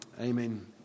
Amen